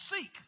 seek